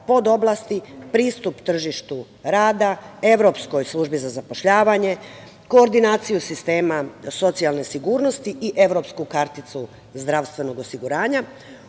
podoblasti, pristup tržištu rada, evropskoj službi za zapošljavanje, koordinaciju sistema socijalne sigurnosti i evropsku karticu zdravstvenog osiguranja,